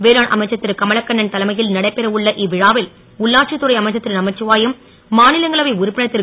வேளாண் அமைச்சர் ருகமலக்கண்ணன் தலைமை ல் நடைபெற உள்ள இ விழாவில் உள்ளாட்சித் துறை அமைச்சர் ருநமச்சிவாயம் மா லங்களவை உறுப்பினர் ரு